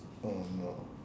oh no